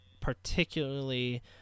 particularly